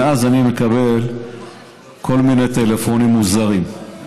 מאז אני מקבל כל מיני טלפונים מוזרים,